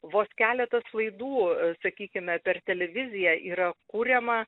vos keletas laidų sakykime per televiziją yra kuriama